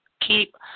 keep